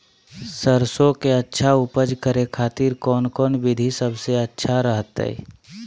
सरसों के अच्छा उपज करे खातिर कौन कौन विधि सबसे अच्छा रहतय?